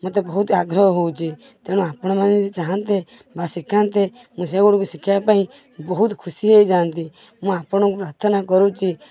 ମୋତେ ବହୁତ ଆଗ୍ରହ ହେଉଛି ତେଣୁ ଆପଣମାନେ ଯଦି ଚହାନ୍ତେ ବା ସିଖାନ୍ତେ ମୁଁ ସେଗୁଡ଼ିକ ଶିଖିବାପାଇଁ ବହୁତ ଖୁସି ହୋଇ ଯାଆନ୍ତି ମୁଁ ଆପଣଙ୍କୁ ପ୍ରାର୍ଥନା କରୁଛି